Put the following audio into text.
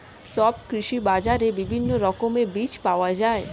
সব কৃষি বাজারে বিভিন্ন রকমের বীজ পাওয়া যায়